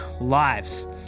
lives